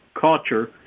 culture